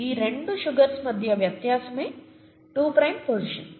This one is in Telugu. ఈ రెండు సుగర్స్ మధ్య వ్యత్యాసమే టూ ప్రైమ్ పోసిషన్